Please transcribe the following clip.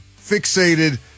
fixated